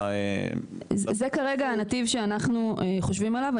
זה כרגע הנתיב שאנחנו חושבים עליו.